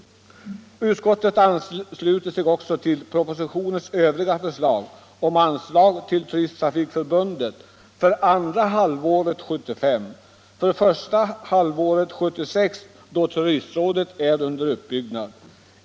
Näringsutskottet ansluter sig också till propositionens övriga förslag om anslag till Turisttrafikförbundet för andra halvåret 1975 och till Sveriges turistråd för första halvåret 1976, då detta är under uppbyggnad.